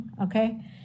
Okay